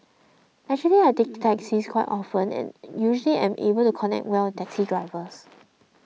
actually I take taxis quite often and usually am able to connect well taxi drivers